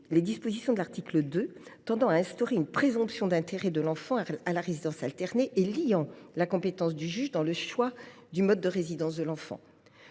les dispositions de l’article 2 tendant à instaurer une présomption d’intérêt de l’enfant à la résidence alternée et liant la compétence du juge dans le choix du mode de résidence de l’enfant.